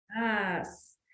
Yes